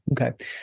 okay